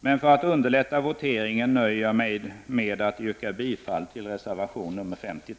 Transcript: men för att underlätta voteringen nöjer jag mig med att yrka bifall till reservation 53.